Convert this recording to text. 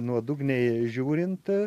nuodugniai žiūrint